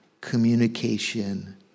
communication